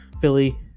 Philly